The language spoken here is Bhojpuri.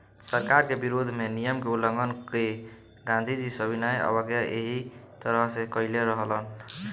सरकार के विरोध में नियम के उल्लंघन क के गांधीजी सविनय अवज्ञा एही तरह से कईले रहलन